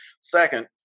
second